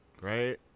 right